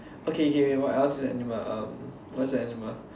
okay okay wait what else is a animal um what's a animal